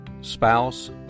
spouse